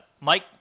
Mike